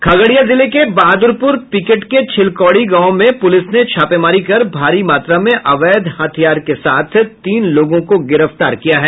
खगड़िया जिले के बहादुरपुर पिकेट के छिलकौड़ी गांव में पुलिस ने छापेमारी कर भारी मात्रा में अवैध हथियार के साथ तीन लोगों को गिरफ्तार किया है